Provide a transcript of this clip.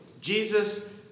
Jesus